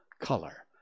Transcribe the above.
color